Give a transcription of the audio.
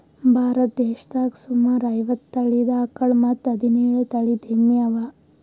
ಭಾರತ್ ದೇಶದಾಗ್ ಸುಮಾರ್ ಐವತ್ತ್ ತಳೀದ ಆಕಳ್ ಮತ್ತ್ ಹದಿನೇಳು ತಳಿದ್ ಎಮ್ಮಿ ಅವಾ